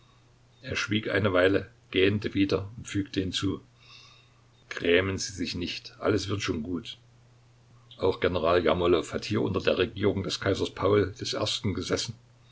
er schwieg eine weile gähnte wieder und fügte hinzu grämen sie sich nicht alles wird schon gut auch general jermolow hat hier unter der regierung des kaisers paul i gesessen